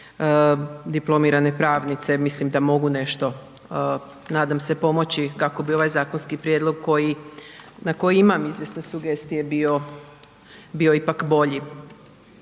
diplomirane pravnice, mislim da mogu nešto nadam se pomoći kako bi ovaj zakonski prijedlog na koji imam izvjesne sugestije bio ipak bolji.